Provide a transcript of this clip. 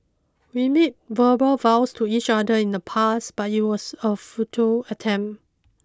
we made verbal vows to each other in the past but it was a futile attempt